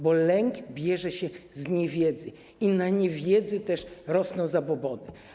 Bo lęk bierze się z niewiedzy, a na niewiedzy rosną zabobony.